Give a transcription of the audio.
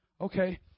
Okay